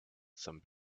some